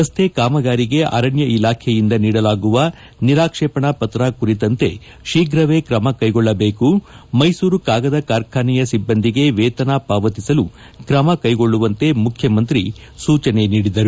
ರಸ್ತೆ ಕಾಮಗಾರಿಗೆ ಅರಣ್ಯ ಇಲಾಖೆಯಿಂದ ನೀಡಲಾಗುವ ನಿರಾಕ್ಷೇಪಣಾ ಪತ್ರ ಕುರಿತಂತೆ ಶೀಘ್ರವೇ ಕ್ರಮ ಕೈಗೊಳ್ಳಬೇಕು ಮೈಸೂರು ಕಾಗದ ಕಾರ್ಖಾನೆಯ ಸಿಬ್ಬಂದಿಗೆ ವೇತನ ಪಾವತಿಸಲು ಕ್ರಮ ಕೈಗೊಳ್ಳುವಂತೆ ಮುಖ್ಯಮಂತ್ರಿ ಸೂಚನೆ ನೀಡಿದರು